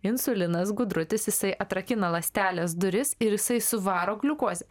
insulinas gudrutis jisai atrakina ląstelės duris ir jisai suvaro gliukozę